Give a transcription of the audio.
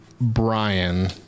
Brian